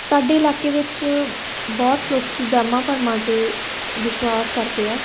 ਸਾਡੇ ਇਲਾਕੇ ਵਿੱਚ ਬਹੁਤ ਲੋਕ ਵਹਿਮਾਂ ਭਰਮਾਂ 'ਤੇ ਵਿਸ਼ਵਾਸ ਕਰਦੇ ਆ